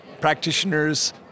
practitioners